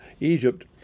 Egypt